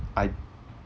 I'd